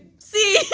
c,